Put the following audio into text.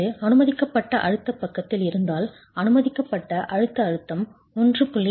இது அனுமதிக்கப்பட்ட அழுத்தப் பக்கத்தில் இருந்தால் அனுமதிக்கப்பட்ட அழுத்த அழுத்தம் 1